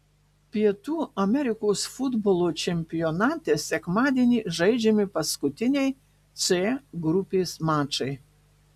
pietų amerikos futbolo čempionate sekmadienį žaidžiami paskutiniai c grupės mačai